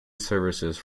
services